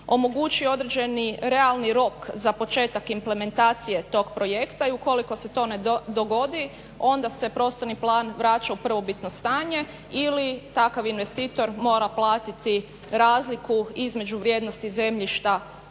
omogući određeni realni rok za početak implementacije tog projekta i ukoliko se to ne dogodi onda se prostorni plan vraća u prvobitno stanje ili takav investitor mora platiti razliku između vrijednosti zemljišta